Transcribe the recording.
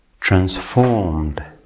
transformed